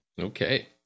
Okay